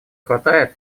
хватает